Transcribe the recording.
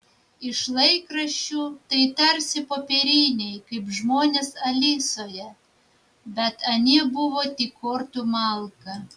iš laikraščių tai tarsi popieriniai kaip žmonės alisoje bet anie buvo tik kortų malka